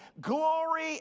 Glory